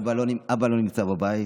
אבא לא נמצא בבית.